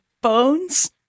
Bones